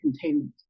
containment